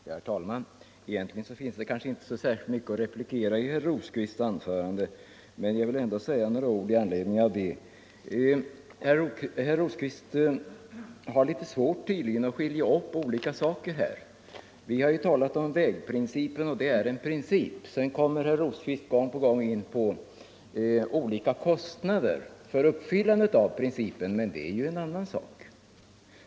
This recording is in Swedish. Herr talman! Egentligen finns det kanske inte så särskilt mycket att replikera på i herr Rosqvists anförande, men jag vill ändå säga några ord i anledning av det. Herr Rosqvist har tydligen litet svårt att skilja på olika saker. Vi har här talat om vägprincipen som sådan. Men herr Rosqvist kommer gång på gång in på frågan om olika kostnader för uppfyllandet av principen, och det är ju en annan sak.